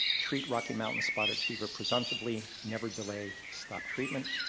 treat rocky mountain spotted fever presumptively. never delay. stop treatment.